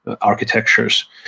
architectures